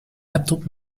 laptop